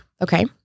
Okay